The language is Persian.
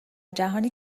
جهانی